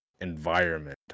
environment